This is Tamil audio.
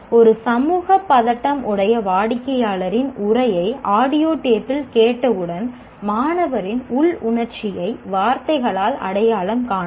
ஒரு சமூக பதட்டம் உடைய வாடிக்கையாளரின் உரையை ஆடியோ டேப்பில் கேட்டவுடன் மாணவரின் உள்ளுணர்ச்சியை வார்த்தைகளால் அடையாளம் காணவும்